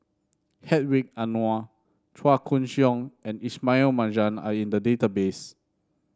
Hedwig Anuar Chua Koon Siong and Ismail Marjan are in the database